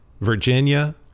Virginia